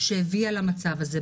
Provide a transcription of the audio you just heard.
שהביא למצב הזה.